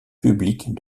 publique